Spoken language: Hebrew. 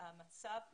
והמצב אקוטי.